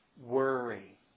worry